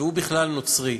והוא בכלל נוצרי.